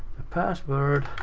the password